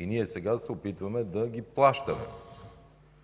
Ние сега се опитваме да ги плащаме.